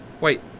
Wait